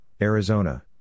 Arizona